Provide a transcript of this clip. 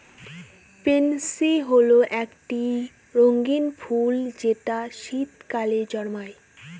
pansy হল একটি রঙ্গীন ফুল যেটা শীতকালে জন্মায়